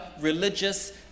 religious